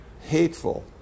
hateful